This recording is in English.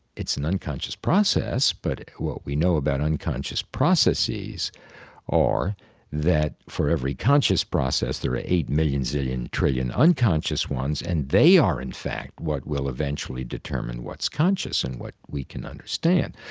it's an unconscious process, but what we know about unconscious processes are that for every conscious process there are eight million zillion trillion unconscious ones, and they are in fact what will eventually determine what's conscious and what we can understand.